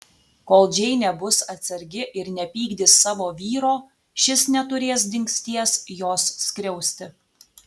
kol džeinė bus atsargi ir nepykdys savo vyro šis neturės dingsties jos skriausti